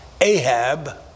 Ahab